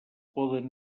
poden